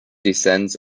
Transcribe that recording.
descends